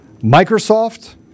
Microsoft